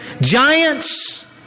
giants